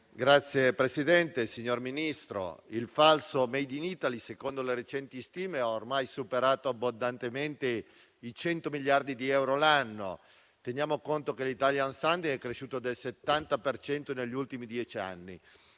*(L-SP-PSd'Az)*. Signor Ministro, il falso *made in Italy,* secondo le recenti stime, ha ormai superato abbondantemente i 100 miliardi di euro l'anno. Teniamo conto che l'*italian sounding* è cresciuto del 70 per cento negli ultimi dieci anni.